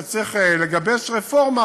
וצריך לגבש רפורמה,